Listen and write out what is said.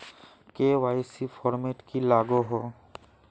KYC format की लागोहो?